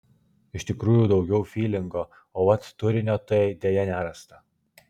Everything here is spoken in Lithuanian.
iš tikrųjų daugiau fylingo o vat turinio tai deja nerasta